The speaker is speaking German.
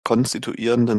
konstituierenden